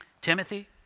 Timothy